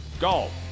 Golf